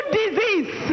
disease